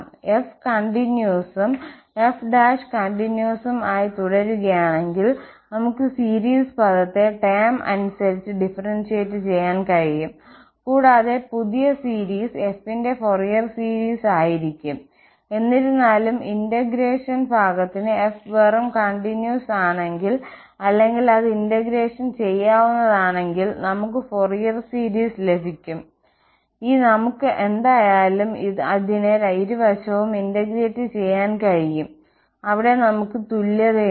f കണ്ടിന്യൂവസും f continuous ആയി തുടരുകയാണെങ്കിൽ നമുക്ക് സീരീസ് പദത്തെ ടേം അനുസരിച്ച് ഡിഫറന്സിയേറ്റ് ചെയ്യാൻ കഴിയും കൂടാതെ പുതിയ സീരീസ് F ൻറെ ഫോറിയർ സീരീസ് ആയിരിക്കും എന്നിരുന്നാലും ഇന്റഗ്രേഷൻ ഭാഗത്തിന്f വെറും കണ്ടിന്യൂവസ് ആണെങ്കിൽ അല്ലെങ്കിൽ അത് ഇന്റഗ്രേഷൻ ചെയ്യാവുന്നതാണെങ്കിൽ നമുക്ക് ഫൊറിയർ സീരീസ് ലഭിക്കും ഈ നമുക്ക് എന്തായാലും അതിനെ ഇരുവശവും ഇന്റഗ്രേറ്റ് ചെയ്യാൻ കഴിയും അവിടെ നമുക്ക് തുല്യതയുണ്ട്